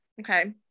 okay